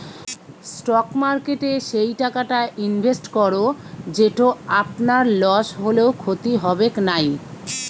stock মার্কেটে সেই টাকাটা ইনভেস্ট করো যেটো আপনার লস হলেও ক্ষতি হবেক নাই